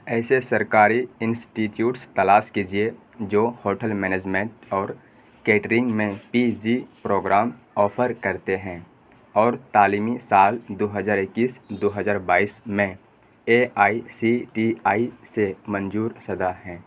ایسے سرکاری انسٹیٹیوٹس تلاش کیجیے جو ہوٹل مینجمنٹ اور کیٹرنگ میں پی جی پروگرام آفر کرتے ہیں اور تعلیمی سال دو ہزار اکیس دو ہزار بائیس میں A I C T E سے منظور شدہ ہیں